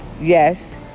Yes